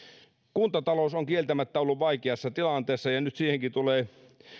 kuntatalous on kieltämättä ollut vaikeassa tilanteessa ja nyt siihenkin tulee